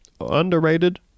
Underrated